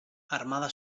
armada